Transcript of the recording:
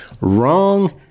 Wrong